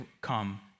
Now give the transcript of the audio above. come